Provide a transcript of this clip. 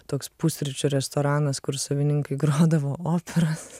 toks pusryčių restoranas kur savininkai grodavo operas